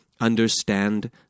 understand